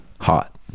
hot